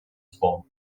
злом